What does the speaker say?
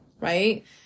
right